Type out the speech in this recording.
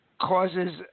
causes